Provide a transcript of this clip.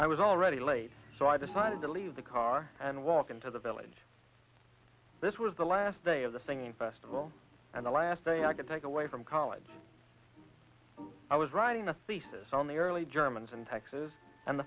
i was already late so i decided to leave the car and walk into the village this was the last day of the thing festival and the last day i could take away from college i was writing a thesis on the early germans in texas and the